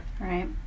Right